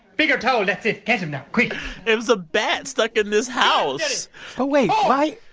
bigger towel, that's it. it was a bat stuck in this house oh, wait, like